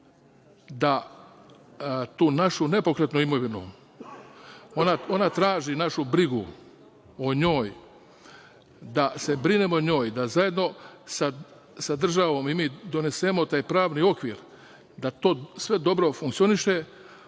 da tu našu nepokretnu imovinu, ona traži našu brigu, da se brinemo o njoj, da zajedno sa državom i mi donesemo taj pravni okvir, da to sve dobro funkcioniše,